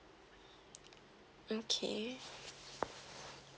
okay